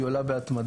היא עולה בהתמדה,